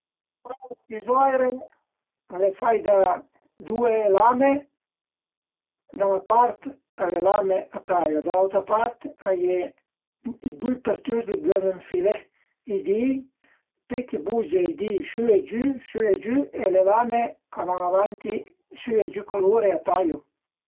Le tizoire al e fait da due lame, da 'na part le lame a taiu, da l'autra part a ie i dui përtüs ëndua deve ënfilé i di-i, pöi ti bugie i di-i sü e giü su e giü e le lame a van avanti sü e giü co lur e a taiu